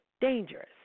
dangerous